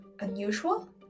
unusual